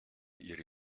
ihre